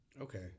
Okay